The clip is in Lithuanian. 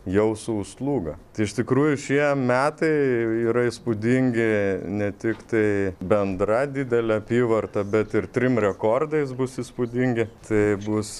jau su slūga tai iš tikrųjų šie metai yra įspūdingi ne tiktai bendra didele apyvarta bet ir trim rekordais bus įspūdingi tai bus